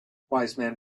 wiseman